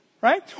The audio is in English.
right